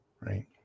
right